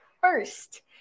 first